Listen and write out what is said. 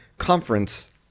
conference